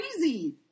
crazy